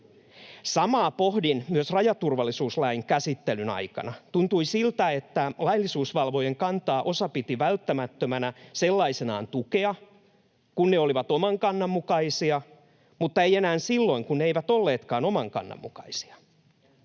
Samaa pohdin myös rajaturvallisuuslain käsittelyn aikana. Tuntui siltä, että laillisuusvalvojien kantaa osa piti välttämättömänä sellaisenaan tukea, kun ne olivat oman kannan mukaisia, mutta ei enää silloin, kun ne eivät olleetkaan oman kannan mukaisia.